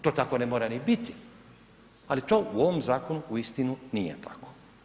To tako ne mora ni biti, ali to u ovom zakonu uistinu nije tako.